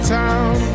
town